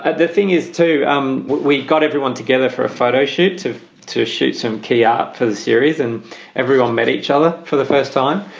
and the thing is to um we got everyone together for a photo shoot to to shoot some key up for the series. and everyone met each other for the first time.